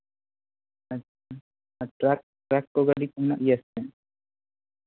ᱟᱪᱪᱷᱟ truck truck ᱜᱟᱹᱰᱤ ᱠᱚ ᱢᱮᱱᱟᱜ ᱜᱮᱭᱟ ᱥᱮ ᱪᱮᱜ